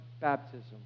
baptism